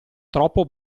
troppo